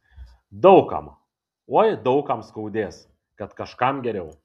daug kam oi daug kam skaudės kad kažkam geriau